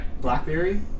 BlackBerry